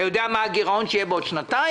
אתה יודע מה הגירעון שיהיה בעוד שנתיים?